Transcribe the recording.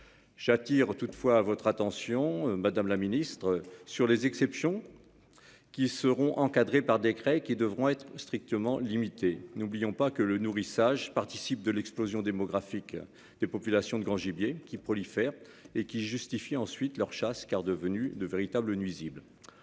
J'attire toutefois votre attention. Madame la ministre sur les exceptions. Qui seront encadrés par décret qui devront être strictement limitée. N'oublions pas que le nourrissage participe de l'explosion démographique des populations de grands gibiers qui prolifèrent et qui. Ensuite leur chasse car devenus de véritables nuisible.